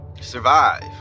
survive